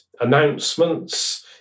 announcements